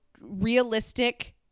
realistic